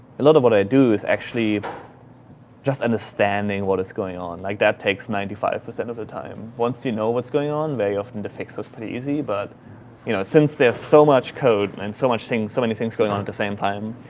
a lot of what i do is actually just understanding what is going on. like that takes ninety five percent of the time. once you know what's going on, very often the fix is pretty easy, but you know, since there's so much code and so much things, so many things going on at the same time,